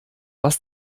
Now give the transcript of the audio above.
was